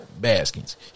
Baskins